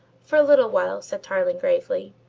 for a little while, said tarling gravely.